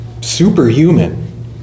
superhuman